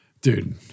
Dude